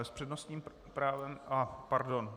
S přednostním právem pardon.